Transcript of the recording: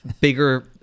bigger